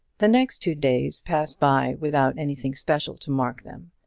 the next two days passed by without anything special to mark them,